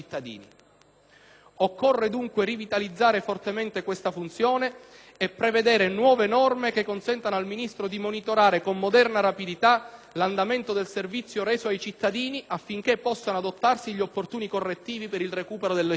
Occorre, dunque, rivitalizzare fortemente questa funzione e prevedere nuove norme che consentano al Ministro di monitorare con moderna rapidità l'andamento del servizio reso ai cittadini, affinché possano adottarsi gli opportuni correttivi per il recupero dell'efficienza.